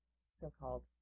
so-called